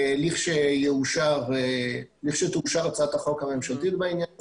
לכשתאושר הצעת החוק הממשלתית בעניין הזה,